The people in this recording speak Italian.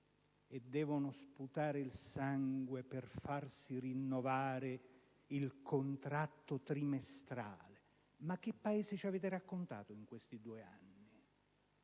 e devono sputare sangue per farsi rinnovare il contratto trimestrale. Ma che Paese ci avete raccontato in questi due anni?